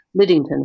Liddington